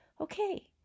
Okay